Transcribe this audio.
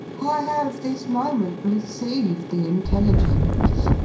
i have this moment received the intelligence.